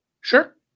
sure